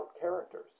characters